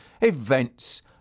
events